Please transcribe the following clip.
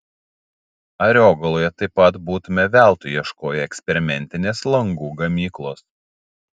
ariogaloje taip pat būtumėme veltui ieškoję eksperimentinės langų gamyklos